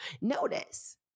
Notice